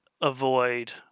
avoid